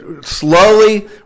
slowly